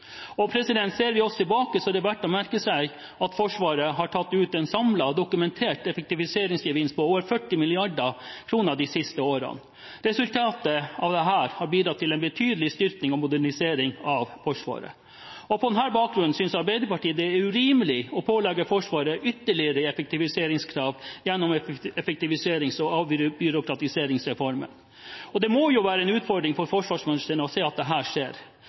Og ser vi oss tilbake, er det verdt å merke seg at Forsvaret har tatt ut en samlet, dokumentert effektiviseringsgevinst på over 40 mrd. kr de siste årene. Resultatet av dette har bidratt til en betydelig styrking og modernisering av Forsvaret. På denne bakgrunn synes Arbeiderpartiet det er urimelig å pålegge Forsvaret ytterligere effektiviseringskrav gjennom effektiviserings- og avbyråkratiseringsreformen. Det må være en utfordring for forsvarsministeren å se at dette skjer – nok en gang. Det